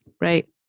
right